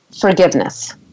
forgiveness